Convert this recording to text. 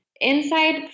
inside